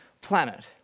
planet